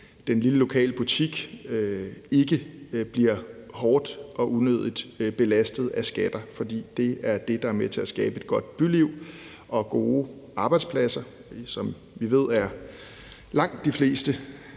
den lille lokale butik, ikke bliver unødigt hårdt belastet af skatter, fordi det er dem, der er med til at skabe et godt byliv og gode arbejdspladser. Som vi ved, er langt de fleste